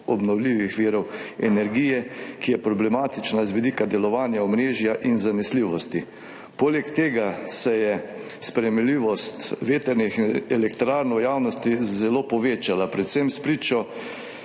obnovljivih virov energije, ki je problematična z vidika delovanja omrežja in zanesljivosti. Poleg tega se je sprejemljivost vetrnih elektrarn v javnosti zelo povečala, predvsem spričo